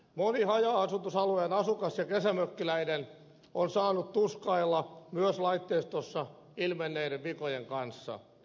moni haja asutusalueen asukas ja kesämökkiläinen on saanut tuskailla myös laitteistossa ilmenneiden vikojen kanssa